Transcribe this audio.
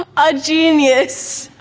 ah a genius.